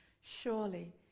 Surely